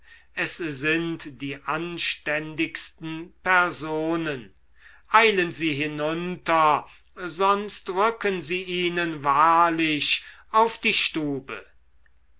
es sind die anständigsten personen eilen sie hinunter sonst rücken sie ihnen wahrlich auf die